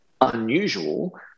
unusual